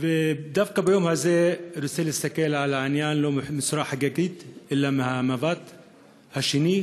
ודווקא ביום הזה רוצה להסתכל על העניין לא בצורה חגיגית אלא מהצד השני,